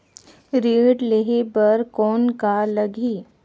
ऋण लेहे बर कौन का लगही?